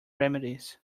remedies